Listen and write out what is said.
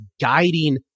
guiding